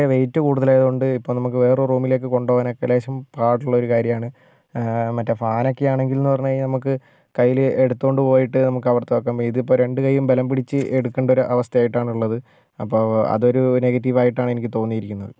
അതിൻ്റെ വെയ്റ്റ് കൂടുതലായത് കൊണ്ട് ഇപ്പം നമുക്ക് വേറെ ഒരു റൂമിലേക്ക് കൊണ്ട് പോകാനൊക്കെ ലേശം പാടുള്ള ഒരു കാര്യമാണ് മറ്റേ ഫാൻ ഒക്കെയാണെങ്കിൽ എന്ന് പറഞ്ഞ് കഴിഞ്ഞാൽ നമുക്ക് കയ്യിൽ എടുത്തുകൊണ്ട് പോയിട്ട് നമുക്ക് അവിടുത്തെ വയ്ക്കാം ഇതിപ്പം രണ്ട് കയ്യും ബലം പിടിച്ച് എടുക്കേണ്ട ഒരു അവസ്ഥയായിട്ടാണുള്ളത് അപ്പം അതൊരു നെഗറ്റീവ് ആയിട്ടാണ് എനിക്ക് തോന്നിയിരിക്കുന്നത്